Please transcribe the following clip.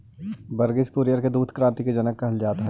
वर्गिस कुरियन के दुग्ध क्रान्ति के जनक कहल जात हई